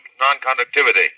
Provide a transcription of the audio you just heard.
non-conductivity